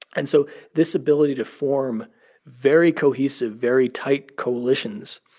and so this ability to form very cohesive, very tight coalitions,